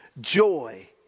joy